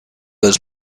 was